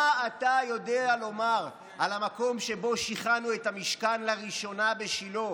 מה אתה יודע לומר על המקום שבו שיכנו את המשכן לראשונה בשילה,